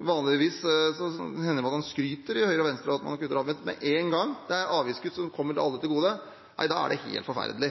Vanligvis hender det at man skryter i Høyre og Venstre av at man kutter avgifter, men med en gang det er avgiftskutt som kommer alle til gode, er det helt forferdelig.